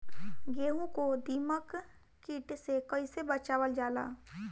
गेहूँ को दिमक किट से कइसे बचावल जाला?